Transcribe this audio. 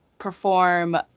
perform